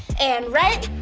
and right,